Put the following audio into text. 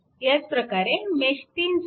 ह्याचप्रकारे mesh 3 साठी